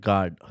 God